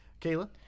Kayla